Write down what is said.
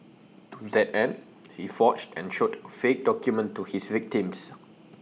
to that end he forged and showed A fake document to his victims